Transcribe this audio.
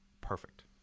perfect